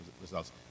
results